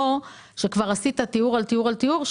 או שכבר עשית טיהור על טיהור על טיהור,